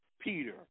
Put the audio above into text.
Peter